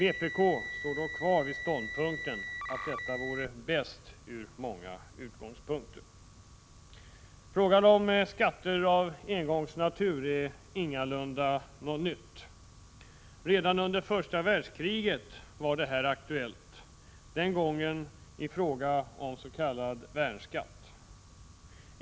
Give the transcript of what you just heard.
Vpk står dock kvar vid ståndpunkten att detta 12 december 1986 vore bäst från många utgångspunkter. Frågan om skatter av engångsnatur är ingalunda något nytt. Redan under första världskriget var detta aktuellt, den gången i fråga om s.k. värnskatt.